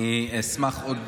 אני אשמח עוד,